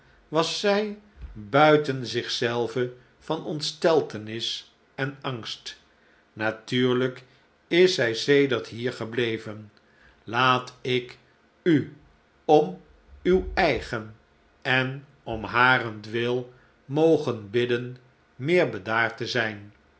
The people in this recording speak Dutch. was zij buiten zich zelve van ontsteltenis en angst natuurlijk is zij sedert hier gebleven laat ik u om uw eigen en om harentwil mogen bidden meer bedaard te zijn